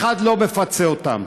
ואף אחד לא מפצה אותם.